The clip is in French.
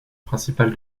principal